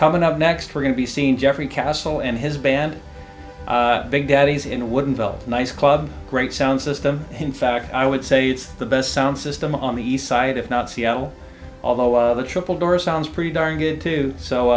coming up next we're going to be seen geoffrey castle and his band big daddies in wooden felt nice club great sound system in fact i would say it's the best sound system on the east side if not seattle although the triple door sounds pretty darn good too so